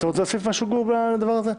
אתה רוצה להוסיף משהו, גור, בדבר הזה?